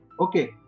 okay